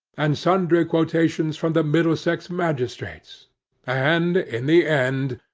and sundry quotations from the middlesex magistrates and in the end,